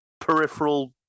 peripheral